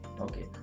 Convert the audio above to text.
okay